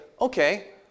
okay